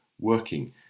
working